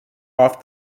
off